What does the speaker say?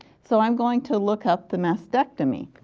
so i am going to look up the mastectomy,